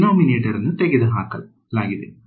denominator ಅನ್ನು ತೆಗೆದುಹಾಕಲಾಗಿದೆ